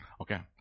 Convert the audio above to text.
Okay